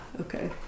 Okay